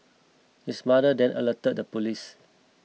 his mother then alerted the police